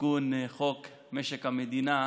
תיקון לחוק משק המדינה,